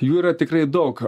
jų yra tikrai daug